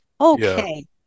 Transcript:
Okay